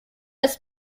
ist